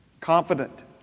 Confident